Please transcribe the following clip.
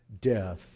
death